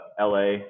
LA